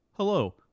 Hello